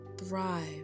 thrive